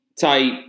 type